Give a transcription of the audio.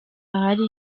ahari